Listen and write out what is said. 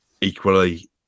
Equally